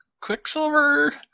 Quicksilver